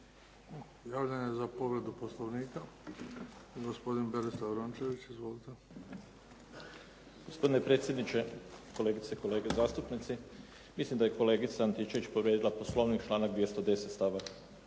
javljanje za povredu Poslovnika. Gospodin Berislav Rončević, izvolite. **Rončević, Berislav (HDZ)** Gospodine predsjedniče, kolegice i kolege zastupnici. Mislim da je kolegica Antičević povrijedila Poslovnik, članak 210. stavak